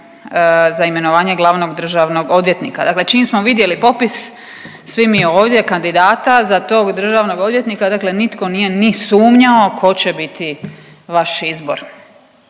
za imenovanje glavnog državnog odvjetnika. Dakle, čim smo vidjeli popis svi mi ovdje kandidata za tog državnog odvjetnika, dakle nitko nije ni sumnjao tko će biti vaš izbor.